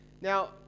Now